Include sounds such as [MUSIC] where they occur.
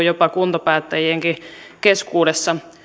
[UNINTELLIGIBLE] jopa kuntapäättäjienkin keskuudessa